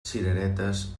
cireretes